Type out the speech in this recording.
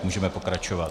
Můžeme pokračovat.